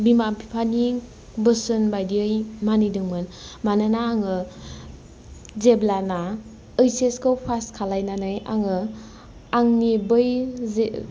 बिमा बिफानि बोसोन बायदियै मानिदोंमोन मानोना आङो जेब्लाना एइस एसखौ पास खालामनानै आङो आंनि बै जे